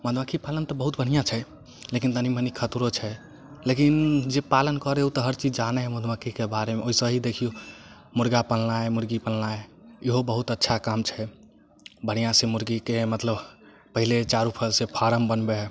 मधुमक्खी पालन तऽ बहुत बढ़िऑं छै लेकिन तनी मनि खतरो छै लेकिन जे पालन करऽ हइ ओ तऽ हर चीज जानै हइ मधुमक्खीके बारेमे ओइसे ही देखियौ मुर्गा पालनाइ मुर्गी पालनाइ इहो बहुत अच्छा काम छै बढ़िऑं से मुर्गीके मतलब पहिले चारु फल से फारम बनबै हइ